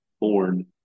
born